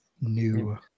new